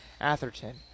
Atherton